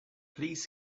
please